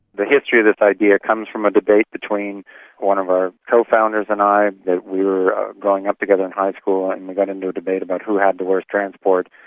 the history of this idea comes from a debate between one of our cofounders and i. we were growing up together in high school and we got into a debate about who had the worst transport,